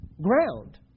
ground